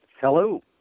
Hello